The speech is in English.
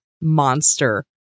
monster